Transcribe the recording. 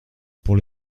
pour